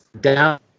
down